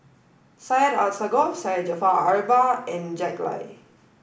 Syed Alsagoff Syed Jaafar Albar and Jack Lai